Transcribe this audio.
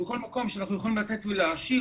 בכל מקום שאנחנו יכולים לתת ולהעשיר,